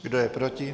Kdo je proti?